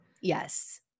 Yes